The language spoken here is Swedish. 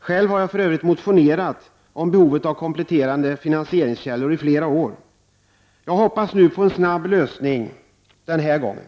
Själv har jag motionerat om behovet av kompletterande finansieringskällor i flera år. Jag hoppas på en snabb lösning den här gången.